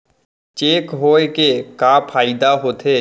Cheque होए के का फाइदा होथे?